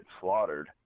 slaughtered